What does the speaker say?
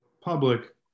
public